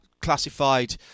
classified